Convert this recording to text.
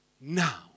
Now